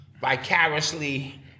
vicariously